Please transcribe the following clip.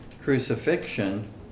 crucifixion